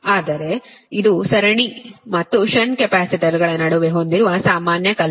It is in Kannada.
ಆದರೆ ಇದು ಸರಣಿ ಮತ್ತು ಷಂಟ್ ಕೆಪಾಸಿಟರ್ಗಳ ನಡುವೆ ಹೊಂದಿರುವ ಸಾಮಾನ್ಯ ಕಲ್ಪನೆ